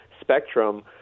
spectrum